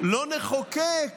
לא נחוקק